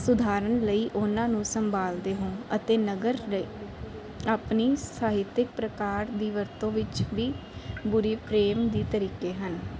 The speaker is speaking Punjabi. ਸੁਧਾਰਨ ਲਈ ਉਹਨਾਂ ਨੂੰ ਸੰਭਾਲਦੇ ਹੋ ਅਤੇ ਨਗਰ ਲਈ ਆਪਣੀ ਸਾਹਿਤਕ ਪ੍ਰਕਾਰ ਦੀ ਵਰਤੋਂ ਵਿੱਚ ਵੀ ਬੁਰੀ ਪ੍ਰੇਮ ਦੇ ਤਰੀਕੇ ਹਨ